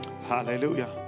hallelujah